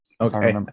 Okay